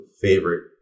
favorite